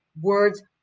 words